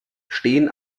stehen